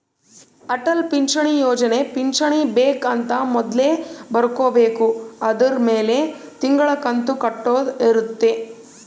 ಅಟಲ್ ಪಿಂಚಣಿ ಯೋಜನೆ ಪಿಂಚಣಿ ಬೆಕ್ ಅಂತ ಮೊದ್ಲೇ ಬರ್ಕೊಬೇಕು ಅದುರ್ ಮೆಲೆ ತಿಂಗಳ ಕಂತು ಕಟ್ಟೊದ ಇರುತ್ತ